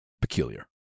peculiar